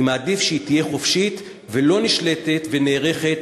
אני מעדיף שהיא תהיה חופשית ולא נשלטת ונערכת,